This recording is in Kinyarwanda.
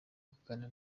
kuganira